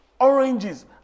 oranges